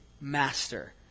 Master